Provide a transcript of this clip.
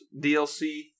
DLC